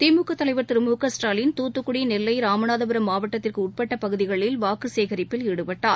திமுக தலைவர் திரு மு க ஸ்டாலின் தூத்துக்குடி நெல்லை ராமநாதபுரம் மாவட்டத்திற்கு உட்பட்ட பகுதிகளில் வாக்குச் சேகரிப்பில் ஈடுபட்டார்